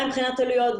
גם מבחינת עלויות,